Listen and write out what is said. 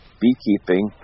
beekeeping